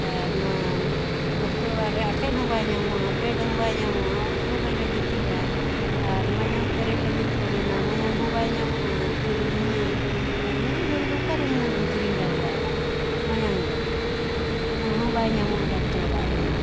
ᱟᱨ ᱱᱚᱣᱟ ᱰᱟᱠᱛᱚᱨ ᱚᱲᱟᱜ ᱨᱮ ᱟᱴᱮᱫ ᱦᱚᱸ ᱵᱟᱭ ᱧᱟᱢᱚᱜᱼᱟ ᱵᱮᱰ ᱦᱚᱸ ᱵᱟᱭ ᱧᱟᱢᱚᱜᱼᱟ ᱚᱛᱠᱚᱨᱮᱞᱮ ᱜᱤᱛᱤᱡᱼᱟ ᱟᱨ ᱢᱟᱭᱟᱝ ᱯᱮᱨᱮᱡ ᱞᱟᱹᱜᱤᱫ ᱠᱚ ᱢᱮᱱᱟ ᱢᱟᱭᱟᱝ ᱦᱚᱸ ᱵᱟᱭ ᱧᱟᱢᱚᱜᱼᱟ ᱠᱤᱨᱤᱧ ᱢᱮ ᱟᱨ ᱨᱮᱸᱜᱮᱡ ᱦᱚᱲᱚ ᱫᱚ ᱚᱠᱟᱱ ᱨᱮ ᱩᱱᱟᱹᱜ ᱫᱚᱢ ᱠᱤᱨᱤᱧ ᱫᱟᱲᱮᱭᱟᱜᱼᱟ ᱢᱟᱭᱟᱝ ᱫᱚ ᱚᱱᱟ ᱦᱚᱸ ᱵᱟᱭ ᱧᱟᱢᱚᱜᱼᱟ ᱰᱟᱠᱛᱚᱨ ᱚᱲᱟᱜ ᱨᱮᱦᱚᱸ